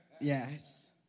Yes